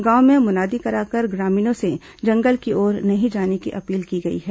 गांव में मुनादी कराकर ग्रामीणों से जंगल की ओर नहीं जाने की अपील की गई है